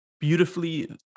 Beautifully